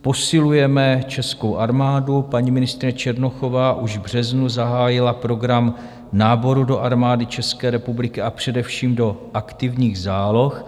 Posilujeme českou armádu, paní ministryně Černochová už v březnu zahájila program náboru do Armády České republiky, a především do aktivních záloh.